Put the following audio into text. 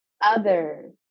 others